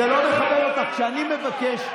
חברת הכנסת דיסטל, מספיק עם זה.